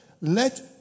let